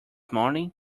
morning